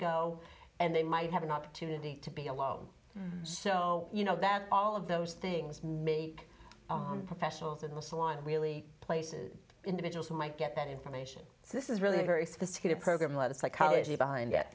go and they might have an opportunity to be alone so you know that all of those things many professionals in the salon really places individuals who might get that information so this is really a very sophisticated program a lot of psychology behind